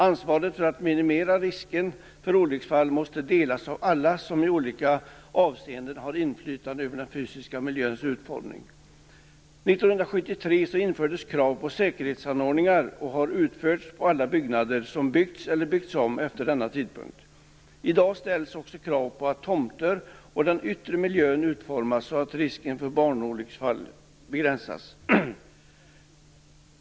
Ansvaret för att minimera risken för olycksfall måste delas av alla som i olika avseenden har inflytande över den fysiska miljöns utformning. 1973 infördes krav på säkerhetsanordningar som har utförts på alla byggnader som byggts eller byggts om efter denna tidpunkt. I dag ställs också krav på att tomter och den yttre miljön utformas så att risken för barnolycksfall begränsas.